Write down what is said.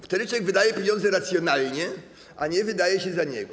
Wtedy człowiek wydaje pieniądze racjonalnie, a nie wydaje się za niego.